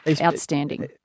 Outstanding